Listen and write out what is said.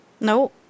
No